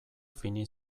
fini